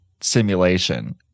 simulation